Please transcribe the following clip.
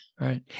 Right